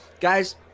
guys